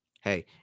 Hey